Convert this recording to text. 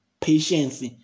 patience